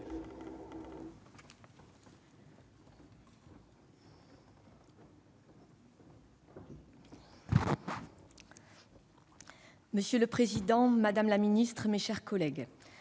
Monsieur le président, monsieur le ministre, mes chers collègues,